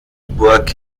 burg